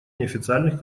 неофициальных